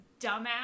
dumbass